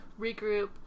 regroup